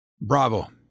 Bravo